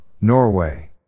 Norway